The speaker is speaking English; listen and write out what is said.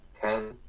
ten